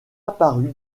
apparue